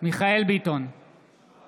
מיכאל מרדכי ביטון,